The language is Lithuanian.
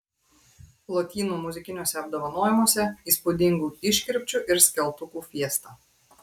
lotynų muzikiniuose apdovanojimuose įspūdingų iškirpčių ir skeltukų fiesta